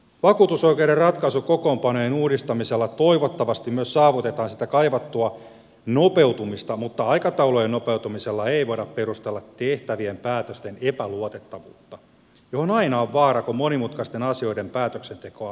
vakuutusoikeuden ratkaisukokoonpanojen uudistamisella toivottavasti myös saavutetaan sitä kaivattua nopeutumista mutta aikataulujen nopeutumisella ei voida perustella tehtävien päätösten epäluotettavuutta joka aina on vaarana kun monimutkaisten asioiden päätöksentekoa suoraviivaistetaan